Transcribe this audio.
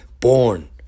born